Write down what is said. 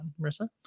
Marissa